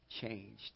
changed